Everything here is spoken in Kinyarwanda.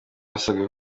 asabwa